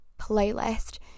playlist